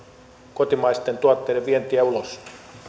kotimaisten tuotteiden vientiä ulos